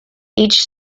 each